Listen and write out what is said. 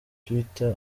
twitter